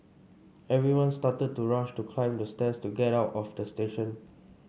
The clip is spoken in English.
everyone started to rush to climb the stairs to get out of the station